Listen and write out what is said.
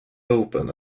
open